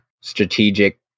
strategic